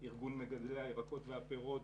עם ארגון מגדלי הירקות והפירות,